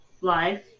life